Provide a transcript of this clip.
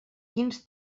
quins